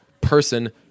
person